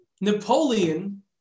Napoleon